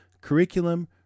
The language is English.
curriculum